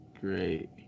great